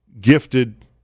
gifted